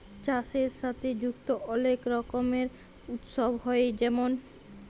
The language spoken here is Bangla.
চাষের সাথে যুক্ত অলেক রকমের উৎসব হ্যয়ে যেমল